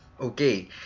Okay